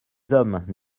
hommes